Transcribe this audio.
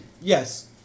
Yes